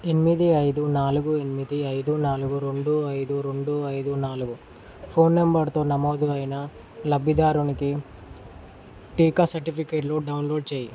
ఎనిమిది ఐదు నాలుగు ఎనిమిది ఐదు నాలుగు రెండు ఐదు రెండు ఐదు నాలుగు ఫోన్ నంబర్తో నమోదు అయిన లబ్ధిదారునికి టీకా సర్టిఫికేట్లు డౌన్లోడ్ చేయి